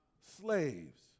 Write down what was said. slaves